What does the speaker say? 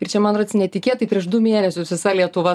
ir čia man rods netikėtai prieš du mėnesius visa lietuva